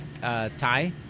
Thai